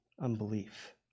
unbelief